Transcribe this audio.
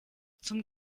zum